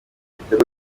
ibitego